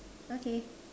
okay